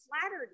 flattered